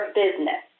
business